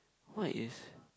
what is